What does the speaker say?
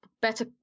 better